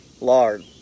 lard